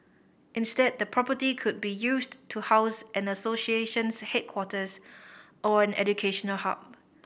instead the property could be used to house an association's headquarters or an educational hub